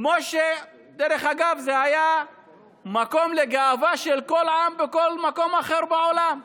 כמו שדרך אגב זה היה מקור לגאווה של כל עם בכל מקום אחר בעולם.